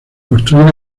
construir